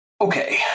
Okay